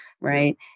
Right